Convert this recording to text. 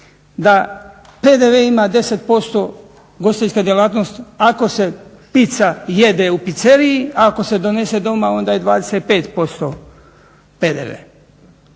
da PDV ima 10% ugostiteljska djelatnost ako se piza jede u piceriji, a ako se donese doma onda je 25% PDV?